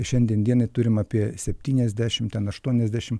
šiandien dienai turim apie septyniasdešimt ten aštuoniasdešimt